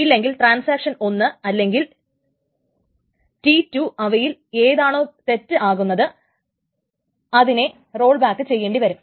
ഇല്ലെങ്കിൽ transaction T1 അല്ലെങ്കിൽ T2 അവയിൽ ഏതാണോ തെറ്റ് ആകുന്നത് അതിനെ റോൾ ബാക്ക് ചെയ്യേണ്ടിവരും